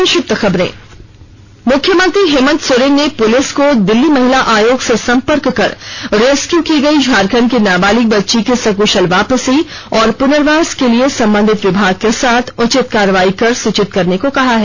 संक्षिप्त खबरें मुख्यमंत्री हेमन्त सोरेन ने पुलिस को दिल्ली महिला आयोग से संपर्क कर रेस्क्यू की गई झारखण्ड की नाबालिग बच्ची की सक्शल वापसी और प्नर्वास के लिए संबंधित विभाग के साथ उचित कार्रवाई कर सूचित करने को कहा है